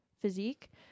physique